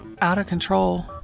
out-of-control